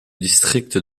district